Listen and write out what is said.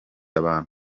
abantu